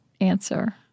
answer